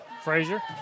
Frazier